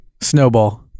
Snowball